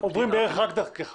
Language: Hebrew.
עוברים רק דרכך